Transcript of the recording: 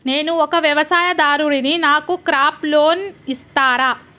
నేను ఒక వ్యవసాయదారుడిని నాకు క్రాప్ లోన్ ఇస్తారా?